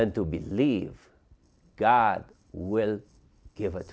and to believe god will give it